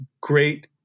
great